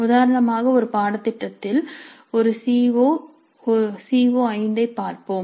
உதாரணமாக ஒரு பாடத்திட்டத்தில் ஒரு சி ஓ சி ஓ5 ஐப் பார்ப்போம்